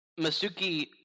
Masuki